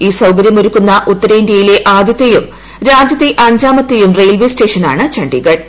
ഈ സൌകര്യം ഒരുക്കുന്ന ഉത്തരേന്ത്യയിലെ ആദ്യത്തെയും രാജ്യത്തെ അഞ്ചാമത്തെയും റെയിൽവേ സ്റ്റേഷനാണ് ഛണ്ഡീഗഡ്